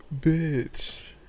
Bitch